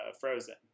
Frozen